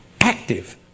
active